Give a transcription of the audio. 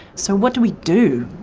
so what do we do?